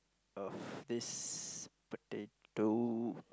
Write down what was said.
of this potato